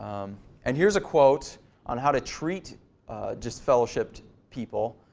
and here's a quote on how to treat disfellowshipped people.